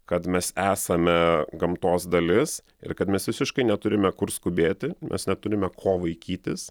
kad mes esame gamtos dalis ir kad mes visiškai neturime kur skubėti mes neturime ko vaikytis